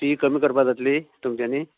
fee कमी करपाक जातली तुमच्यांनी